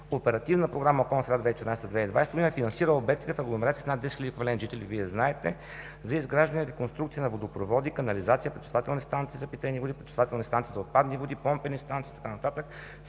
Оперативна програма „Околна среда 2014 – 2020“ финансира обектите в агломерации с над 10 000 еквивалент жители, Вие знаете, за изграждане и реконструкция на водопроводи, канализация, пречиствателни станции за питейни води, пречиствателни станции за отпадъчни води, помпени станции и така